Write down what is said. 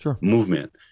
movement